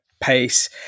pace